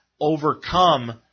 overcome